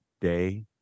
day